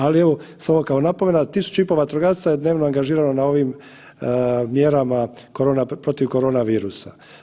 Ali evo samo kao napomena 1.500 vatrogasaca je dnevno angažirano na ovim mjerama protiv korona virusa.